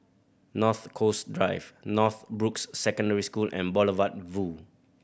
North Coast Drive Northbrooks Secondary School and Boulevard Vue